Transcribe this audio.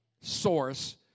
source